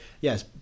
Yes